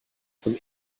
zum